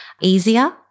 easier